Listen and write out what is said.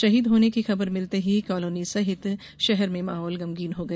शहीद होने की खबर मिलते ही कॉलोनी सहित शहर में माहौल गमगीन हो गया